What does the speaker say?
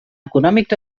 econòmic